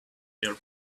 air